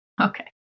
Okay